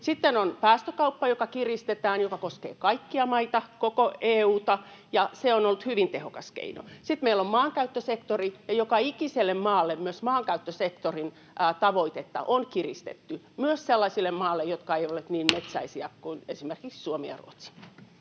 Sitten on päästökauppa, jota kiristetään ja joka koskee kaikkia maita, koko EU:ta, ja se on ollut hyvin tehokas keino. Sitten meillä on maankäyttösektori, ja joka ikiselle maalle myös maankäyttösektorin tavoitetta on kiristetty, myös sellaisille maille, jotka eivät ole niin metsäisiä kuin esimerkiksi Suomi ja Ruotsi.